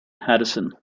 harrison